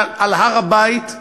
על הר-הבית,